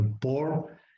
poor